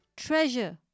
treasure